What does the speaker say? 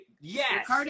yes